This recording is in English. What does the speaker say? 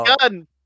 gun